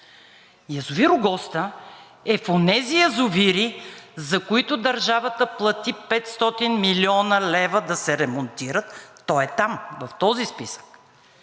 Язовир „Огоста“ е в онези язовири, за които държавата плати 500 млн. лв. да се ремонтират. Той е там, в този списък.